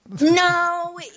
no